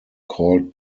called